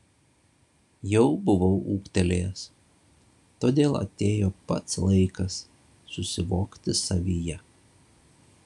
jau buvau ūgtelėjęs todėl atėjo pats laikas susivokti savyje